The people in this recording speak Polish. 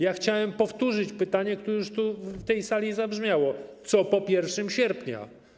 Ja chciałem powtórzyć pytanie, które już tu, w tej sali zabrzmiało: Co po 1 sierpnia?